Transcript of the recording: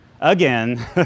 again